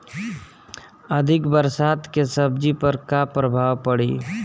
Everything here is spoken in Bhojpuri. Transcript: अधिक बरसात के सब्जी पर का प्रभाव पड़ी?